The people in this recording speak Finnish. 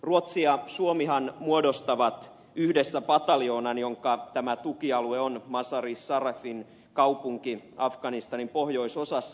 ruotsi ja suomihan muodostavat yhdessä pataljoonan jonka tämä tukialue on mazar i sharifin kaupunki afganistanin pohjoisosassa